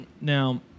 Now